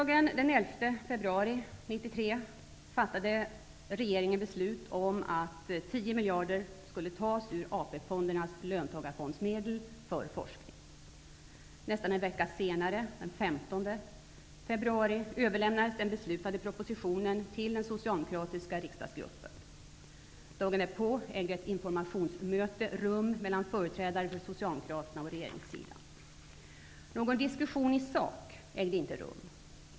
Nästan en vecka senare, den 15 februari, överlämnades den beslutade propositionen till den socialdemokratiska riksdagsgruppen. Dagen därpå ägde ett informationsmöte rum mellan företrädarna för Socialdemokraterna och regeringssidan. Någon diskussion i sak ägde inte rum.